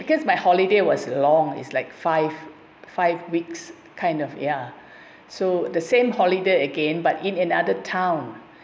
because my holiday was long it's like five five weeks kind of ya so the same holiday again but in another town